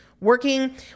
working